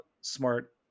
smart